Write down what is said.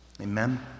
Amen